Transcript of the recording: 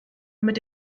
mit